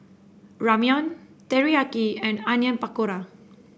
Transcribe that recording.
Ramyeon Teriyaki and Onion Pakora